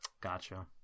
Gotcha